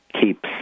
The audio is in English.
keeps